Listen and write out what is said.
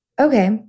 Okay